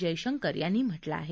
जयशंकर यांनी म्हटलं आहे